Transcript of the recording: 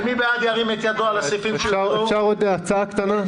מי בעד אישור התוספת השנייה?